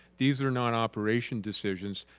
these are not operation decisions.